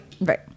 right